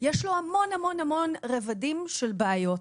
יש לו המון המון המון רבדים של בעיות.